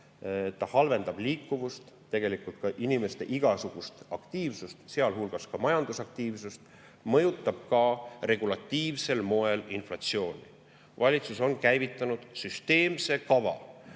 see halvendab liikuvust, tegelikult ka inimeste igasugust aktiivsust, sealhulgas majandusaktiivsust. Nii mõjutab see regulatiivsel moel ka inflatsiooni. Valitsus on käivitanud süsteemse kava,